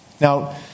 Now